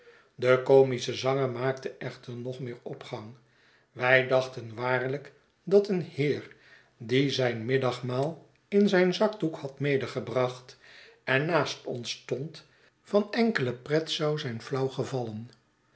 de comische zanger maakte echter nog meer opgang wij dachten waarlijk dat een heer die zijn middagmaal in zijn zakdoek had me degebracht en naast ons stond van enkele pret zou zijn flauw gevallen